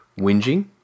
whinging